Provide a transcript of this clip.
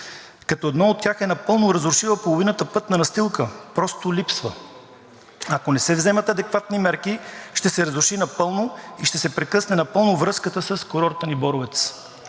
като едно от тях е напълно разрушило половината пътна настилка – просто липсва. Ако не се вземат адекватни мерки, ще се разруши напълно и ще се прекъсне напълно връзката с курорта ни Боровец.